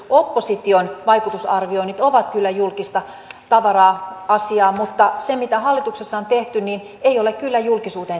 opposition vaikutusarvioinnit ovat kyllä julkista tavaraa mutta se mitä hallituksessa on tehty ei ole kyllä julkisuuteen tihkunut